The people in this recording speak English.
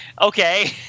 okay